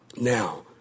Now